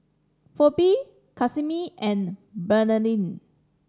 Pheobe Casimir and Bernardine